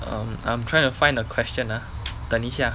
um um I'm trying to find a question ah 等一下